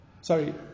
Sorry